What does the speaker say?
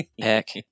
Heck